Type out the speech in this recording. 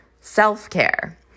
self-care